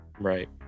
Right